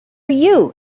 you